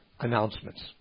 announcements